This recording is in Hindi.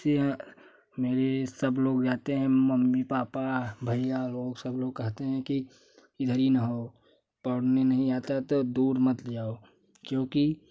इसी मेरे सब लोग जाते हैं मम्मी पापा भैया लोग सब लोग कहते हैं कि इधर ही नाहाओ पोढ़ने नहीं आता तो दूर मत जाओ क्योंकि